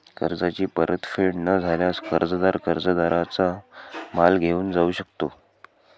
कर्जाची परतफेड न झाल्यास, कर्जदार कर्जदाराचा माल घेऊन जाऊ शकतो